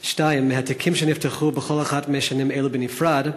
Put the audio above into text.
2. מהתיקים שנפתחו בכל אחת משנים אלו בנפרד,